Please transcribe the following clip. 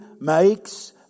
makes